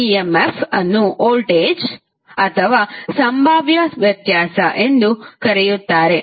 ಈ ಇಮ್ಎಫ್ ಅನ್ನು ವೋಲ್ಟೇಜ್ ಅಥವಾ ಸಂಭಾವ್ಯ ವ್ಯತ್ಯಾಸ ಎಂದೂ ಕರೆಯುತ್ತಾರೆ